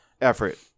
effort